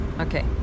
okay